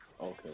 Okay